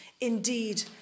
indeed